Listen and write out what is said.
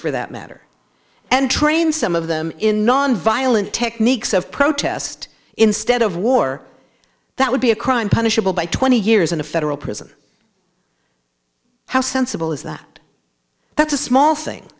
for that matter and trained some of them in nonviolent techniques of protest instead of war that would be a crime punishable by twenty years in a federal prison how sensible is that that's a small thing